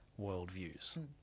worldviews